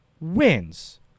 wins